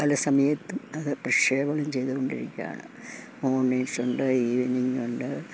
പല സമയത്തും അത് പ്രക്ഷേപണം ചെയ്തുകൊണ്ടിരിക്കുകയാണ് മോർണിംഗ്സ് ഉണ്ട് ഈവനിംഗ് ഉണ്ട്